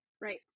Right